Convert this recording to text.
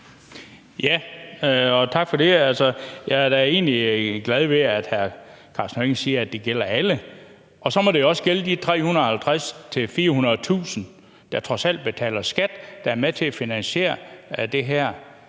Tak for det. Jeg er da egentlig glad ved, at hr. Karsten Hønge siger, at det gælder alle. Så må det jo også gælde de 350.000-400.000 lønmodtagere, der trods alt betaler skat, og som er med til at finansiere det her.